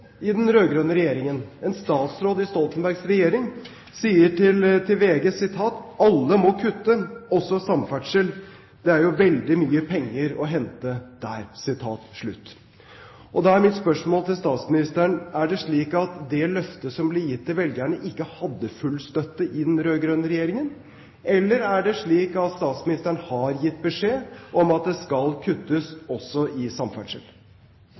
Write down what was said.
statsråd i Stoltenbergs regjering, sier til VG: «Alle må kutte, også samferdsel. Der er det jo veldig mye penger». Da er mitt spørsmål til statsministeren: Er det slik at det løftet som ble gitt til velgerne, ikke hadde full støtte i den rød-grønne regjeringen? Eller er det slik at statsministeren har gitt beskjed om at det skal kuttes også i samferdsel?